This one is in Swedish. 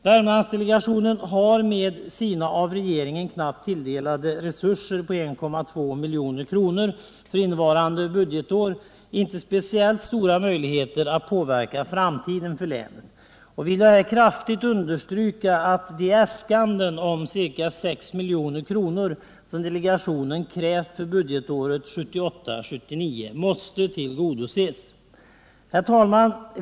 Värmlandsdelegationen har med sina av regeringen knappt tilldelade resurser på 1,2 milj.kr. för innevarande budgetår inte speciellt stora möjligheter att påverka framtiden för länet. Jag vill här kraftigt understryka att de äskanden om ca 6 milj.kr. som delegationen krävt för budgetåret 1978/ 79 måste tillgodoses. Herr talman!